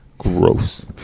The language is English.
Gross